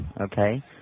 Okay